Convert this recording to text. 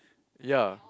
yea